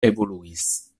evoluis